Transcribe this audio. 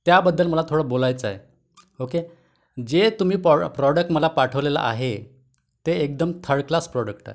त्याबद्दल मला थोडं बोलायचं आहे ओके जे तुम्ही प्रो प्रॉडक्ट मला पाठवलेलं आहे ते एकदम थर्ड क्लास प्रॉडक्ट आहे